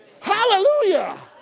Hallelujah